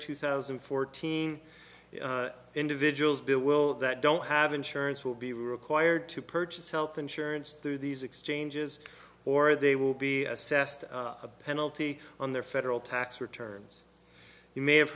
two thousand and fourteen individuals bill will that don't have insurance will be required to purchase health insurance through these exchanges or they will be assessed a penalty on their federal tax returns you may have